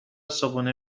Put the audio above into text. صبحونه